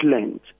length